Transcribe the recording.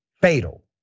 fatal